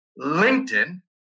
LinkedIn